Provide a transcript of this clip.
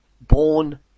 born